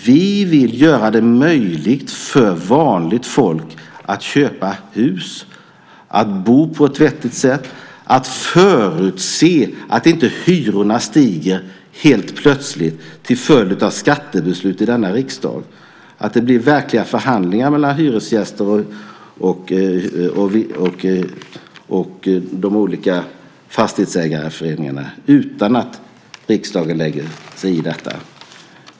Vi vill göra det möjligt för vanligt folk att köpa hus, att bo på ett vettigt sätt, att förutse att hyrorna inte stiger helt plötsligt till följd av skattebeslut i denna riksdag, att det blir verkliga förhandlingar mellan hyresgäster och de olika fastighetsägarföreningarna utan att riksdagen lägger sig i dessa.